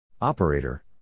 Operator